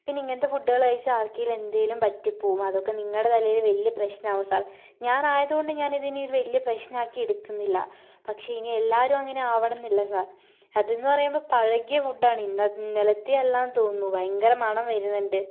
പിന്നെ ഇങ്ങനത്തെ ഫുഡുകള് കഴിച്ചാൽ ആർക്കേലും എന്തേലും പറ്റി പോവും അതൊക്കെ നിങ്ങടെ തലേല് വലിയ പ്രശ്നാവും സാർ ഞാൻ ആയത് കൊണ്ട് ഞാനിതിനി വലിയൊരു പ്രശ്നം ആക്കി എടുക്കുന്നില്ല പക്ഷെ ഇനി എല്ലാവരും അങ്ങനെ ആവണന്നില്ല സാർ അത്ന്ന് പറയുമ്പോൾ പഴകിയ ഫുഡാണ് ഇന്നലെ ഇന്നലത്തെ അല്ലാന്ന് തോന്നുന്നു ഭയങ്കര മണം വരുന്നുണ്ട്